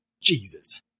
jesus